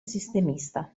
sistemista